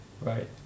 Right